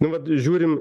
nu vat žiūrim